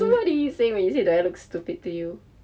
so what did he say when you said do I look stupid to you